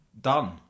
Done